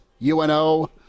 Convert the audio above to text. UNO